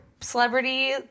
celebrity